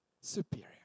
superior